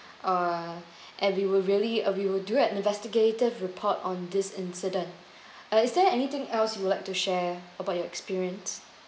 uh and we will really uh we will do an investigative report on this incident uh is there anything else you would like to share about your experience